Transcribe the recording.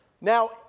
Now